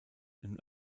und